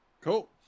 Cool